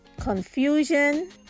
Confusion